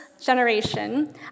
generation